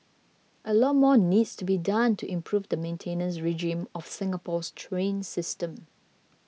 a lot more needs to be done to improve the maintenance regime of Singapore's train system